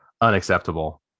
unacceptable